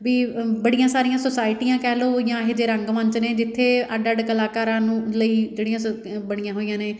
ਵੀ ਬੜੀਆਂ ਸਾਰੀਆਂ ਸੋਸਾਇਟੀਆਂ ਕਹਿ ਲਉ ਜਾਂ ਇਹੋ ਜਿਹੇ ਰੰਗ ਮੰਚ ਨੇ ਜਿੱਥੇ ਅੱਡ ਅੱਡ ਕਲਾਕਾਰਾਂ ਨੂੰ ਲਈ ਜਿਹੜੀਆਂ ਸ ਅ ਬਣੀਆਂ ਹੋਈਆਂ ਨੇ